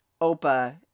Opa